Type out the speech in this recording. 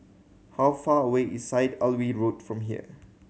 how far away is Syed Alwi Road from here